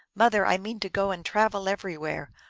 mother, i mean to go and travel everywhere,